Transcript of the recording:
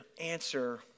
answer